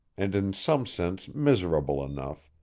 and in some sense miserable enough,